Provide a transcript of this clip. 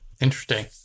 interesting